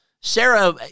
Sarah